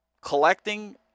collecting